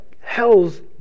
hell's